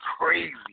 crazy